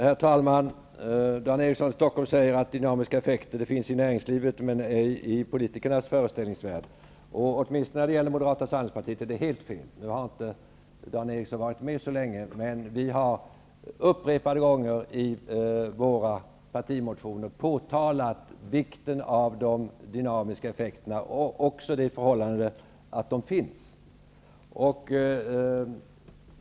Herr talman! Dan Eriksson i Stockholm säger att dynamiska effekter finns i näringslivets föreställningsvärld, men ej i politikernas. Det är helt felaktigt, åtminstone när det gäller Moderata samlingspartiet. Dan Eriksson i Stockholm har inte varit med så länge, men upprepade gånger har vi i våra partimotioner understrukit vikten av de dynamiska effekterna. Vi har också framhållit det faktum att de finns.